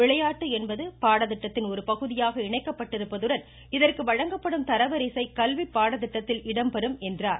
விளையாட்டு என்பது பாடதிட்டத்தின் ஒருபகுதியாக இணைக்கப்பட்டிருப்பதுடன் இதற்கு வழங்கப்படும் தரவரிசை கல்வி பாடதிட்டத்தில் இடம்பெறும் என்றார்